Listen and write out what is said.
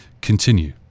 continue